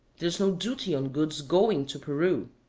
there is no duty on goods going to peru.